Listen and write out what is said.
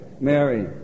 Mary